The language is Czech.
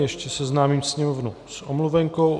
Ještě seznámím sněmovnu s omluvenkou.